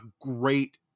great